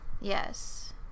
Yes